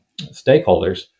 stakeholders